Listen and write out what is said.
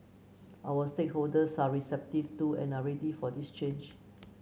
our stakeholders are receptive to and are ready for this change